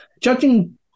judging